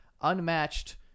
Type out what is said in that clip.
unmatched